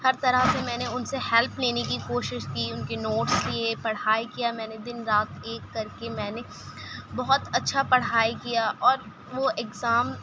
ہر طرح سے میں نے ان سے ہیلپ لینے کی کوشش کی ان کے نوٹس لیے پڑھائی کیا میں نے دن رات ایک کر کے میں نے بہت اچّھا پڑھائی کیا اور وہ اگزام